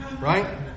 Right